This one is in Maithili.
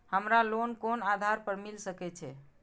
हमरा लोन कोन आधार पर मिल सके छे?